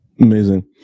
Amazing